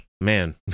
Man